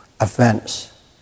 events